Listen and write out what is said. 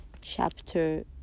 chapter